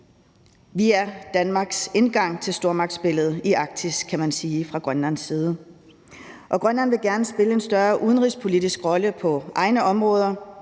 side Danmarks indgang til stormagtsspillet i Arktis, kan man sige. Grønland vil gerne spille en større udenrigspolitisk rolle på egne områder.